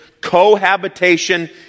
cohabitation